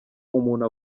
umuntu